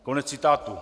Konec citátu.